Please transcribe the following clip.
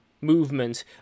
movement